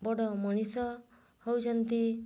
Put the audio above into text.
ବଡ଼ ମଣିଷ ହେଉଛନ୍ତି